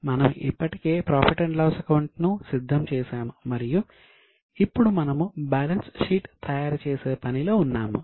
మనము ఇప్పటికే profit loss account ను సిద్ధం చేసాము మరియు ఇప్పుడు మనము బ్యాలెన్స్ షీట్ తయారుచేసే పనిలో ఉన్నాము